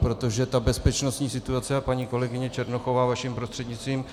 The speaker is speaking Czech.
Protože ta bezpečnostní situace, a paní kolegyně Černochová vaším prostřednictvím